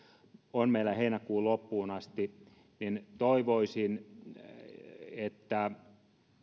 on meillä heinäkuun loppuun asti niin toivoisin että